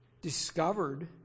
discovered